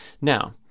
now